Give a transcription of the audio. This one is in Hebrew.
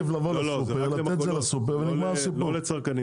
מעדיף לקנות את זה מהסופר ונגמר הסיפור.